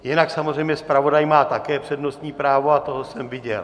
Jinak samozřejmě zpravodaj má také přednostní právo a toho jsem viděl.